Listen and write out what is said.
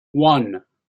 one